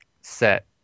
set